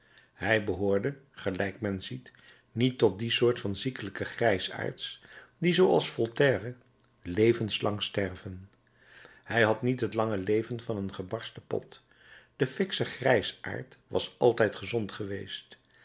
hij behoorde gelijk men ziet niet tot die soort van ziekelijke grijsaards die zooals voltaire levenslang sterven hij had niet het lange leven van een gebarsten pot de fiksche grijsaard was altijd gezond geweest